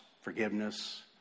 forgiveness